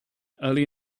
early